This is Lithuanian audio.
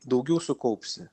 daugiau sukaupsi